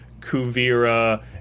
Kuvira